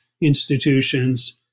institutions